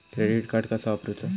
Credit card कसा वापरूचा?